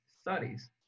studies